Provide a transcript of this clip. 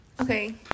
Okay